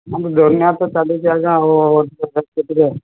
ଆମର ତ ଚାଲିଛି ଆଜ୍ଞା ଆଉ